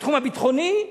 בתחום הביטחוני,